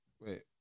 wait